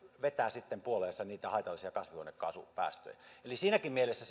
vetää sitten puoleensa niitä haitallisia kasvihuonekaasupäästöjä eli siinäkin mielessä